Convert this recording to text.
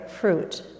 fruit